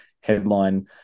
headline